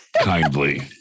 kindly